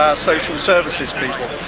social services people.